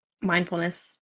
mindfulness